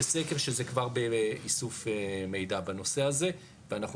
בסקר שזה כבר באיסוף מידע בנושא הזה ואנחנו